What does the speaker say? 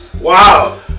Wow